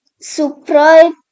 surprise